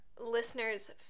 listeners